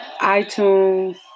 iTunes